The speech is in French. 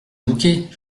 bouquet